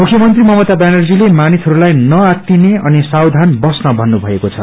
मुख्यमंत्री ममता व्यानर्जीले मानिसहरूलाई नआत्तिने अनि सावधान बस्न भन्नुभएको छ